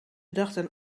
dachten